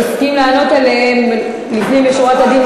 שהוא הסכים לענות עליהם לפנים משורת הדין,